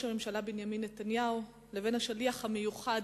הממשלה בנימין נתניהו ובין השליח המיוחד